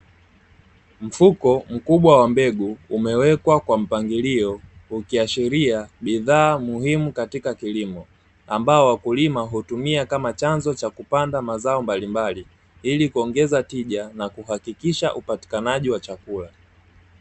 Mfuko mkubwa wa mbegu umewekwa kwa mpangilio, ukiashiria bidhaa muhimu katika kilimo, ambao wakulima huutumia kama chanzo cha kupanda mazao mbalimbali ili kuongeza tija na kuhakikisha upatikanaji wa chakula.